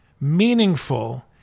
meaningful